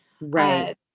Right